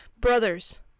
Brothers